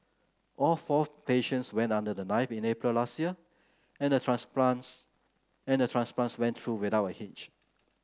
all four patients went under the knife in April last year and transplants and transplants went through without a hitch